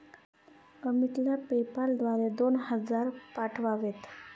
अमितला पेपाल द्वारे दोन हजार पाठवावेत